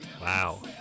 Wow